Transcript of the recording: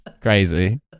crazy